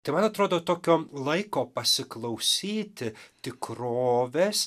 tai man atrodo tokio laiko pasiklausyti tikrovės